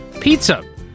Pizza